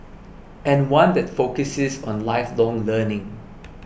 and one that focuses on lifelong learning